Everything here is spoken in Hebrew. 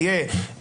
יהיו